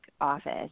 office